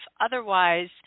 Otherwise